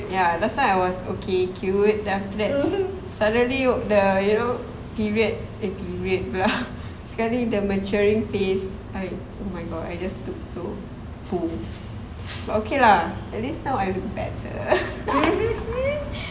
ya last time I was okay cute then after that suddenly the you know period eh period pula sekali the maturing phase I oh my god I just look so !oof! but okay lah at least now I look better